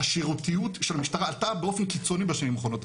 השירותיות של המשטרה עלתה באופן קיצוני בשנים האחרונות.